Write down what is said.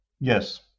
Yes